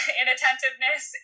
inattentiveness